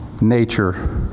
nature